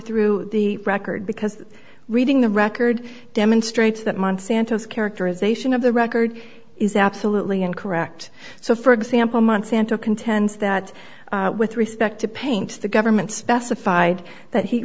through the record because reading the record demonstrates that monsanto's characterization of the record is absolutely incorrect so for example monsanto contends that with respect to paints the government specified that heat